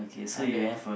and then